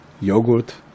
yogurt